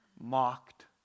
mocked